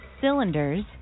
cylinders